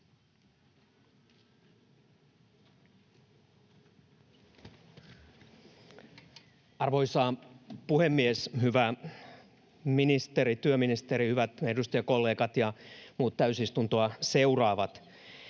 Arvoisa puhemies! Hyvä työministeri, hyvät edustajakollegat ja muut täysistuntoa seuraavat!